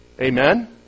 Amen